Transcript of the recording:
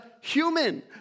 human